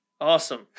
Awesome